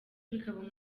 bikaba